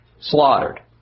slaughtered